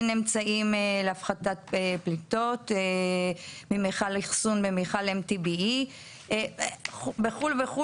אמצעים להפחתת פליטות ממיכל אחסון ומיכל MTBE וכו'.